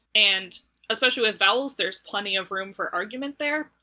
and especially with vowels, there's plenty of room for argument there,